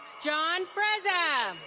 john fresa.